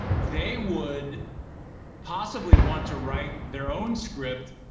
they would possibly want to write their own script,